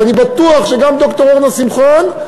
ואני בטוח שגם ד"ר אורנה שמחון,